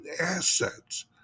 assets